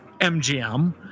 MGM